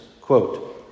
Quote